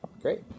Great